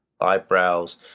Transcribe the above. eyebrows